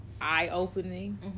eye-opening